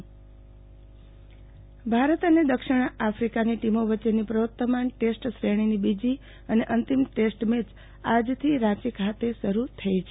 આરતી Bhatt cricket Bharat અને દક્ષીણ આફ્રિકાની ટીમો વચ્ચેની પ્રવર્તમાન ટેસ્ટ શ્રેણીની બીજી અને અંતિમ ટેસ્ટ મેચ આજથી રાંચી ખાતે શરુ થઇ છે